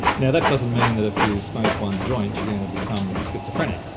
now that doesn't mean that if you smoke one joint you're going to become schizophrenic,